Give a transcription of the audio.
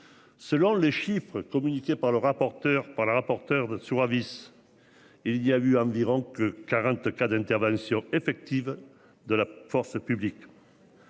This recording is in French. Selon les chiffres communiqués par le rapporteur par le rapporteur de survie. Il y a eu environ que 40 cas d'intervention effective de la force publique.